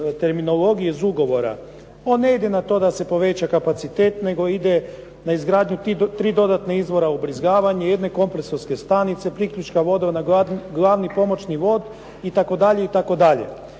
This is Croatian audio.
terminologije iz ugovora. On ne ide na to da se poveća kapacitet, nego ide na izgradnju tri dodatna izvora ubrizgavanja, jedne kompresorske stanice, priključka vodovoda na glavni i pomoćni vod itd., itd.